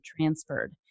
transferred